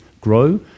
grow